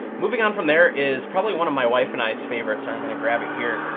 moving on from there is probably one of my wife and i's favorite, so i'm gonna grab it here.